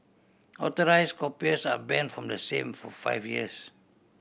authorise occupiers are banned from the same for five years